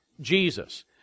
Jesus